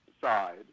side